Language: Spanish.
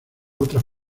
otras